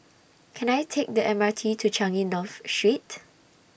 Can I Take The M R T to Changi North Street